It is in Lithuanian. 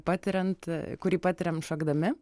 patiriant kurį patiriam šokdami